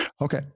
Okay